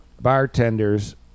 bartenders